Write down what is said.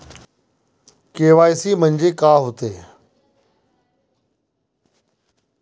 KYC म्हंनजे का होते?